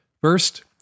First